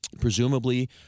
Presumably